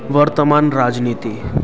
वर्तमान राजनीति